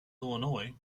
illinois